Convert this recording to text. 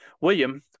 William